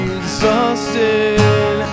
exhausted